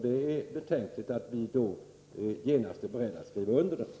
Det är betänkligt att vi då genast är beredda att skriva under den.